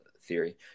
theory